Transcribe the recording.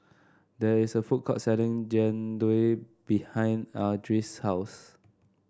there is a food court selling Jian Dui behind Ardyce's house